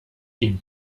ihm